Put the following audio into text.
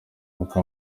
kuko